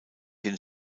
den